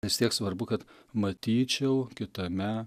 vis tiek svarbu kad matyčiau kitame